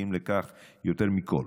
שזקוקים לכך יותר מכול,